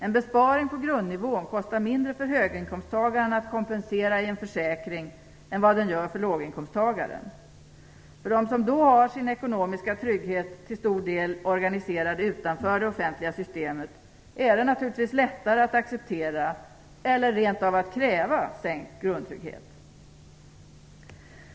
En besparing på grundnivån kostar mindre för höginkomsttagaren att kompensera i en försäkring än vad den gör för låginkomsttagaren. För dem som då har sin ekonomiska trygghet till stor del organiserad utanför det offentliga systemet är det naturligtvis lättare att acceptera eller rent av kräva sänkt grundtrygghet.